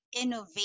innovate